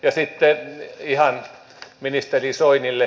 ja sitten ihan ministeri soinille